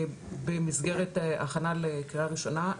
במסגרת הכנה לקריאה ראשונה,